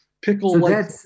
pickle-like